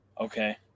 Okay